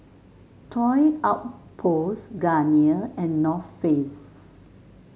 Toy Outpost Garnier and North Face